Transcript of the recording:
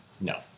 No